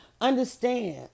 Understand